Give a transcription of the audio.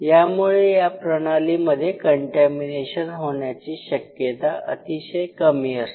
यामुळे या प्रणालीमध्ये कंटॅमीनेशन होण्याची शक्यता अतिशय कमी असते